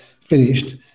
finished